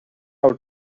our